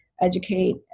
educate